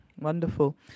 Wonderful